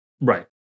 Right